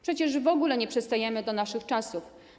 Przecież w ogóle nie przystajemy do naszych czasów.